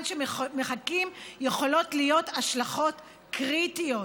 שמחכים יכולות להיות השלכות קריטיות.